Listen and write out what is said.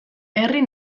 herri